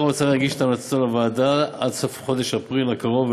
שר האוצר יגיש את המלצותיו לוועדה עד סוף חודש אפריל הקרוב,